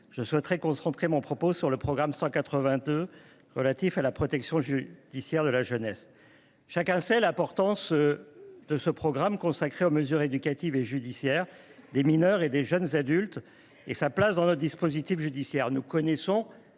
souligné, je concentrerai mon propos sur le programme 182, « Protection judiciaire de la jeunesse ». Chacun sait l’importance de ce programme consacré aux mesures éducatives et judiciaires destinées aux mineurs et aux jeunes adultes, et sa place dans notre dispositif judiciaire.